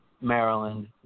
Maryland